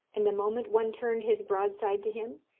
and the moment one turned his broadside to him,